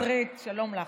חברת הכנסת שטרית, שלום לך.